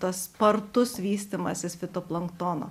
tas spartus vystymasis fitoplanktono